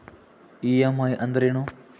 EMI ಅಂದ್ರೇನು?